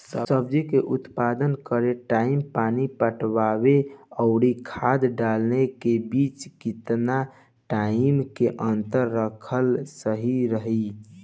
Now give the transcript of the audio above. सब्जी के उत्पादन करे टाइम पानी पटावे आउर खाद डाले के बीच केतना टाइम के अंतर रखल सही रही?